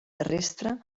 terrestre